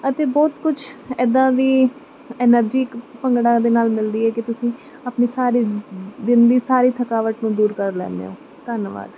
ਅਤੇ ਬਹੁਤ ਕੁਛ ਇੱਦਾਂ ਦੀ ਐਨਰਜੀ ਇੱਕ ਭੰਗੜੇ ਦੇ ਨਾਲ ਮਿਲਦੀ ਹੈ ਕਿ ਤੁਸੀਂ ਆਪਣੀ ਸਾਰੀ ਦਿਨ ਦੀ ਸਾਰੀ ਥਕਾਵਟ ਨੂੰ ਦੂਰ ਕਰ ਲੈਂਦੇ ਹੋ ਧੰਨਵਾਦ